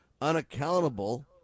unaccountable